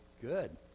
Good